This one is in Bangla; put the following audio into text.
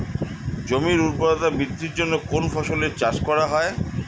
জমির উর্বরতা বৃদ্ধির জন্য কোন ফসলের চাষ করা হয়?